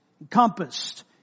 encompassed